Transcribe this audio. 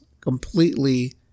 completely